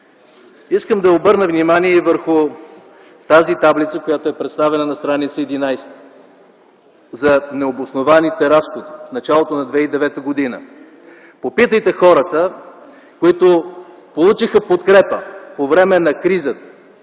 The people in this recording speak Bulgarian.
Искам да обърна внимание и върху тази таблица, която е представена на стр. 11 – за необоснованите разходи в началото на 2009 г. Попитайте хората, които получиха подкрепа на кризата